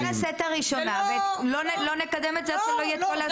בואי נעשה את זה בקריאה ראשונה ולא נקדם את זה בלי הסכמות.